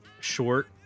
short